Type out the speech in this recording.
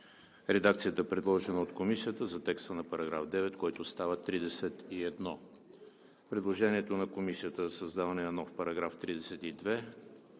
редакцията, предложена от Комисията за текста на § 9, който става 31; предложението на Комисията за създаване на нов § 32 с